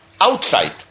Outside